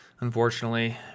Unfortunately